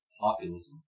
populism